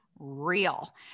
real